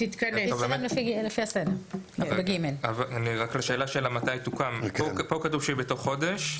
כאן כתוב שהיא מוקמת בתוך חודש,